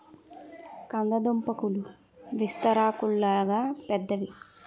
కంద దుంపాకులు విస్తరాకుల్లాగా పెద్దవి